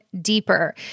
deeper